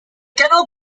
cannot